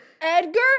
Edgar